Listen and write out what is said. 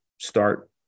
start